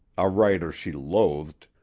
a writer she loathed,